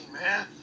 man